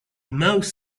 most